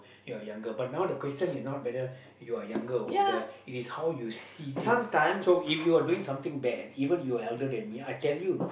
you're younger but now the question is now whether you are younger or older it is how you see things so if you're doing something bad even you are elder than me I tell you